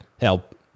help